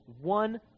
One